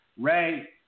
Ray